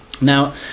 Now